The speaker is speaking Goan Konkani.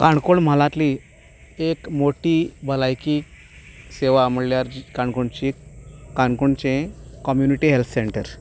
काणकोण म्हालांतली एक मोटी भलायकी सेवा म्हणल्यार जी काणकोणची काणकोणचें कम्युनिटी हेल्थ सेंटर